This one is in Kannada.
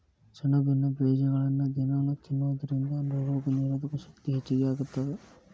ಸೆಣಬಿನ ಬೇಜಗಳನ್ನ ದಿನಾಲೂ ತಿನ್ನೋದರಿಂದ ರೋಗನಿರೋಧಕ ಶಕ್ತಿ ಹೆಚ್ಚಗಿ ಆಗತ್ತದ